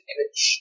Image